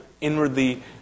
inwardly